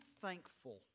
thankful